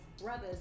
Brothers